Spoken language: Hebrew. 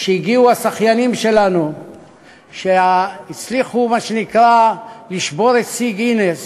כשהגיעו השחיינים שלנו שהצליחו לשבור את שיא גינס